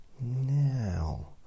now